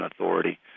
authority